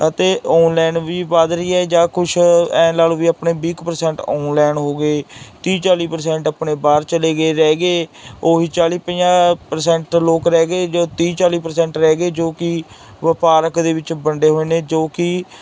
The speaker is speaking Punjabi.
ਅਤੇ ਔਨਲਾਈਨ ਵੀ ਵੱਧ ਰਹੀ ਹੈ ਜਾਂ ਕੁਛ ਐਂ ਲਗਾ ਲਓ ਵੀ ਆਪਣੇ ਵੀਹ ਕੁ ਪਰਸੈਂਟ ਔਨਲਾਈਨ ਹੋ ਗਏ ਤੀਹ ਚਾਲੀ ਪਰਸੈਂਟ ਆਪਣੇ ਬਾਹਰ ਚਲੇ ਗਏ ਰਹਿ ਗਏ ਉਹੀ ਚਾਲੀ ਪੰਜਾਹ ਪਰਸੈਂਟ ਲੋਕ ਰਹਿ ਗਏ ਜੋ ਤੀਹ ਚਾਲੀ ਪਰਸੈਂਟ ਰਹਿ ਗਏ ਜੋ ਕਿ ਵਪਾਰਕ ਦੇ ਵਿੱਚ ਵੰਡੇ ਹੋਏ ਨੇ ਜੋ ਕਿ